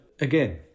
again